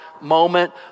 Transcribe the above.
moment